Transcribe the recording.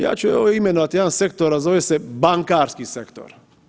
Ja ću imenovati jedan sektor, a zove se bankarski sektor.